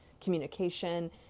communication